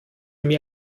mir